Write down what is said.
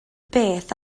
beth